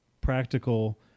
practical